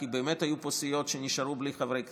כי באמת היו פה סיעות שנשארו בלי חברי כנסת,